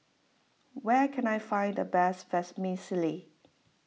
where can I find the best Vermicelli